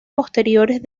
posteriores